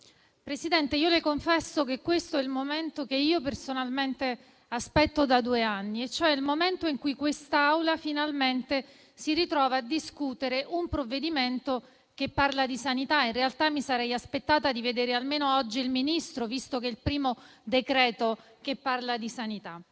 colleghi, confesso che questo è il momento che personalmente aspetto da due anni e cioè il momento in cui questa Assemblea, finalmente, si ritrova a discutere un provvedimento che parla di sanità. In realtà, mi sarei aspettata di vedere almeno oggi il Ministro, visto che è il primo decreto che parla di sanità.